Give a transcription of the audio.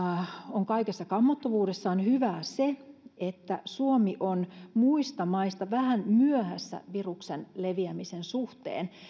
on kaikessa kammottavuudessaan hyvää se että suomi on muista maista vähän myöhässä viruksen leviämisen suhteen